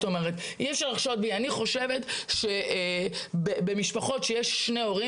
אני חושבת שבמשפחות שיש שני הורים